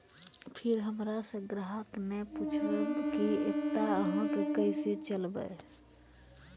फिर हमारा से ग्राहक ने पुछेब की एकता अहाँ के केसे चलबै?